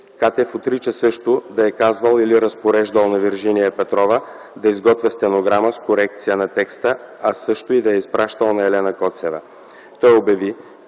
Катев отрича също да е казвал или разпореждал на Виржиния Петрова да изготвя стенограма с корекция на текста, а също и да я е изпращал на Елена Коцева. Той обяви,